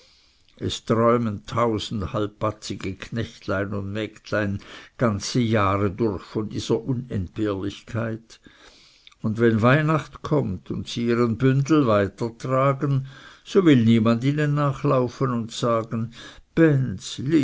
es träumen tausend halbbatzige knechtlein und mägdlein ganze jahre durch von dieser unentbehrlichkeit und wenn weihnacht kommt und sie ihren bündel weitertragen so will niemand ihnen nachlaufen und sagen benz